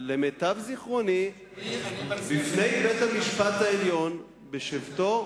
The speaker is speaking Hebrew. למיטב זיכרוני, בפני בית-המשפט העליון בשבתו,